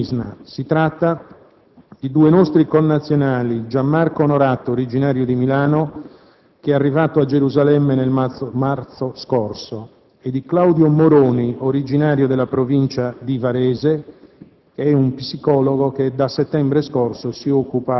Lo riferisce anche in questo caso l'agenzia missionaria MISNA. Si tratta di due nostri connazionali, Gianmarco Onorato, originario di Milano, arrivato a Gerusalemme nel marzo scorso, e di Claudio Moroni, originario della Provincia di Varese,